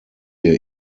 wir